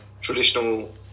traditional